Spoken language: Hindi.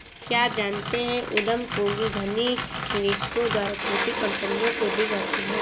क्या आप जानते है उद्यम पूंजी धनी निवेशकों द्वारा छोटी कंपनियों को दी जाती है?